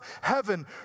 heaven